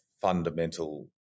fundamental